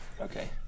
Okay